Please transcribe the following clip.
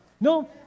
No